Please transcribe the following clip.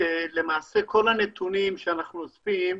כי כל הנתונים שאנחנו אוספים,